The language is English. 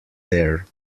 there